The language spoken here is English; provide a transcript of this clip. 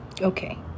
okay